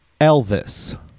elvis